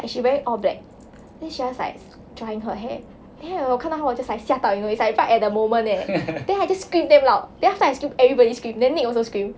and she wearing all black then she just like drying her hair then 我看到她我 just like 吓到 you know it's like right at the moment leh then I just scream damn loud then after that everybody scream then nick also scream